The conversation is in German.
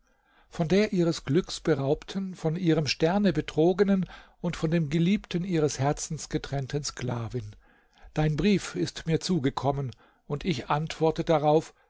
von der ihres glücks beraubten von ihrem sterne betrogenen und von dem geliebten ihres herzens getrennten sklavin dein brief ist mir zugekommen und ich antworte darauf